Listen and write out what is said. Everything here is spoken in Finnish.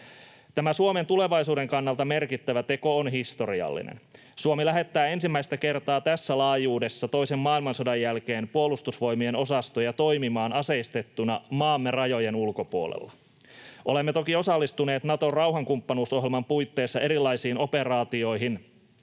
Tämä Suomen tulevaisuuden kannalta merkittävä teko on historiallinen. Suomi lähettää ensimmäistä kertaa tässä laajuudessa toisen maailmansodan jälkeen Puolustusvoimien osastoja toimimaan aseistettuna maamme rajojen ulkopuolelle. Olemme toki osallistuneet Naton rauhankumppanuusohjelman puitteissa erilaisiin operaatioihin